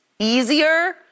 Easier